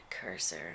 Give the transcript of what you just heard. Cursor